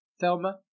Thelma